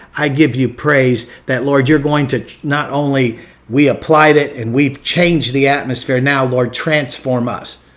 i give you praise that lord you're going to not only we applied it and we've changed the atmosphere. now lord transform us.